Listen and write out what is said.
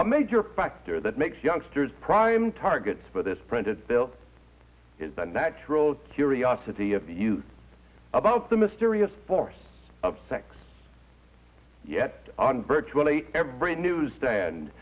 a major factor that makes youngsters prime targets for this printed filth is the natural curiosity of youth about the mysterious force of sex yet on virtually every newsstand